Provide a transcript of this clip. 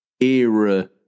era